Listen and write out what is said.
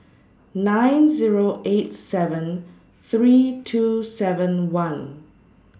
nine Zero eight seven three two seven one